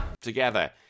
...together